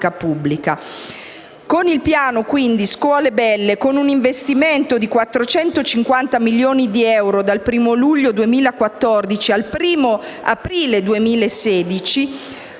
Con il piano scuole belle, che ha comportato un investimento di 450 milioni di euro dal 1° luglio 2014 al 1° aprile 2016,